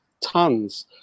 tons